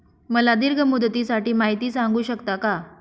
मला दीर्घ मुदतीसाठी माहिती सांगू शकता का?